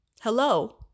Hello